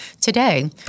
Today